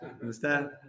Understand